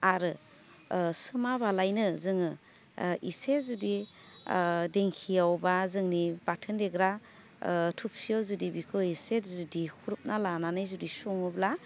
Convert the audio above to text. आरो सोमा बालायनो जोङो इसे जुदि दिंखियावबा जोंनि बाथोन देग्रा थुबसियाव जुदि बिखौ एसे देख्रुबना लानानै जुदि सङोब्ला